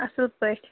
اَصٕل پٲٹھۍ